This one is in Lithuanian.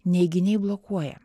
neiginiai blokuoja